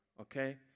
okay